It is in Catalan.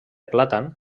plàtan